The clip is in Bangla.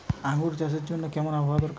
আঙ্গুর চাষের জন্য কেমন আবহাওয়া দরকার?